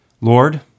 Lord